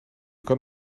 kan